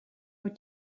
was